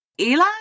Eli